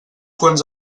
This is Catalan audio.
quants